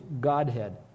Godhead